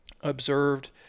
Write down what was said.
observed